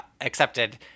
accepted